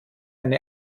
eine